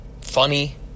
funny